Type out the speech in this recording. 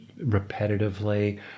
repetitively